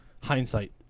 hindsight